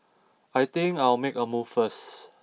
I think I'll make a move first